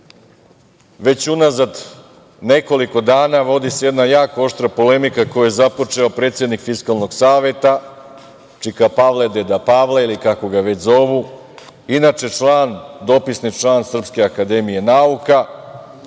unazad nekoliko dana vodi se jedna jako oštra polemika koju je započeo predsednik Fiskalnog saveta čika Pavle, deda Pavle, kako ga već zovu, inače dopisni član SANU, koji je u